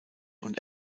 und